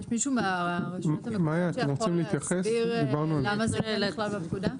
יש מישהו מהרשויות המקומיות שיכול להסביר למה זה כן נכלל בפקודה?